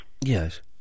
yes